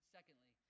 Secondly